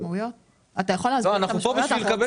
אנחנו מנסים